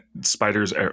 spiders